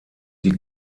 die